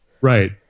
Right